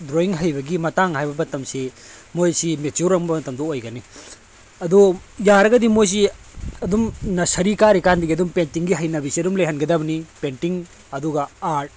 drawing ꯍꯩꯕꯒꯤ ꯃꯇꯥꯡ ꯍꯥꯏꯕ ꯃꯇꯝꯁꯤ ꯃꯣꯏꯁꯤ ꯃꯦꯆꯤꯌꯣꯔ ꯑꯃ ꯑꯣꯏꯕ ꯃꯇꯝꯗ ꯑꯣꯏꯒꯅꯤ ꯑꯗꯣ ꯌꯥꯔꯒꯗꯤ ꯃꯣꯏꯁꯤ ꯑꯗꯨꯝ ꯅꯁꯔꯤ ꯀꯥꯔꯤ ꯀꯥꯟꯗꯒꯤ ꯑꯗꯨꯝ ꯄꯦꯟꯇꯤꯡꯒꯤ ꯍꯩꯅꯕꯤꯁꯦ ꯑꯗꯨꯝ ꯂꯩꯍꯟꯒꯗꯕꯅꯤ ꯄꯦꯟꯇꯤꯡ ꯑꯗꯨꯒ ꯑꯥꯔꯠ